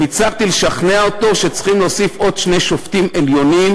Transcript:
והצלחתי לשכנע אותו שצריכים להוסיף שני שופטים עליונים.